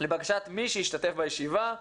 לבקשת מי שהשתתף בישיבה,